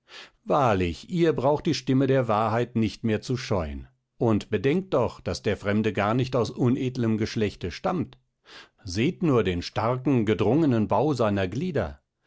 wahrlich ihr braucht die stimme der wahrheit nicht mehr zu scheuen und bedenkt doch daß der fremde gar nicht aus unedlem geschlechte stammt seht nur den starken gedrungenen bau seiner glieder